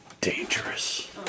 dangerous